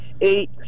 eight